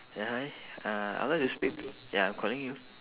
ya hi uh I would like to speak ya I am calling you